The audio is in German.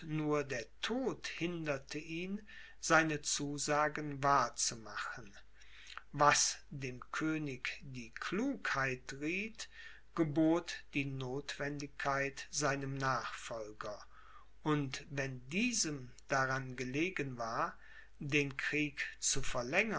nur der tod hinderte ihn seine zusagen wahr zu machen was dem könig die klugheit rieth gebot die notwendigkeit seinem nachfolger und wenn diesem daran gelegen war den krieg zu verlängern